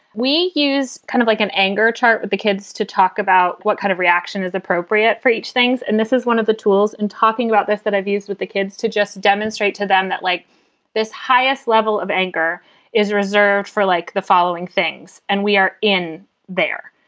we use kind of like an anger chart with the kids to talk about what kind of reaction is appropriate for each things. and this is one of the tools in talking about this that i've used with the kids to just demonstrate to them that, like this highest level of anger is reserved for like the following things and we are in there.